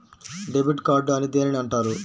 Debit card అని దేనిని అంటారు?